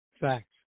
Facts